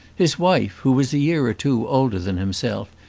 his wife, who was a year or two older than himself,